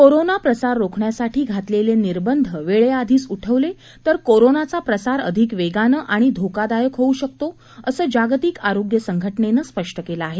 corona प्रसार रोखण्यासाठी घातलेले निर्बंध वेळेआधीच उठवले तर कोरोनाचा प्रसार अधिक वेगानं आणि धोकादायक होऊ शकतो असं जागतिक आरोग्य संघटनेनं स्पष्ट केलं आहे